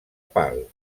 pal